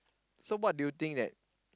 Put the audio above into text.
so what do you think that